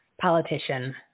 politician